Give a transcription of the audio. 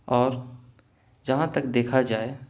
اور جہاں تک دیکھا جائے